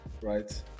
Right